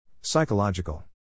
Psychological